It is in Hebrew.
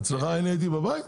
אצלך הייתי בבית?